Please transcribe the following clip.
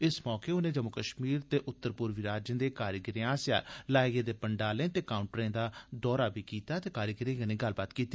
इस मौके उनें जम्मू कश्मीर ते उत्तर पूर्वी राज्यें दे कारीगरें आसेआ लाए गेदे पंडालें ते काउंटरें दा दौरा बी लाया ते कारीगरें कन्नै गल्लबात बी कीती